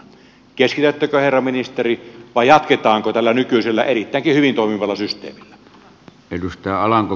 keskitättekö herra ministeri vai jatketaanko tällä nykyisellä erittäinkin hyvin toimivalla systeemillä